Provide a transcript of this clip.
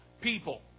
people